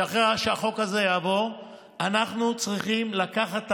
שאחרי שהחוק הזה יעבור אנחנו צריכים לקחת את